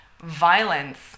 violence